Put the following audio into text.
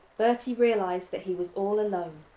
bertie realised that he was all alone.